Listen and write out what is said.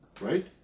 right